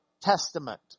testament